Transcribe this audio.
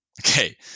Okay